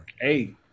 Hey